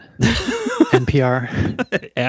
NPR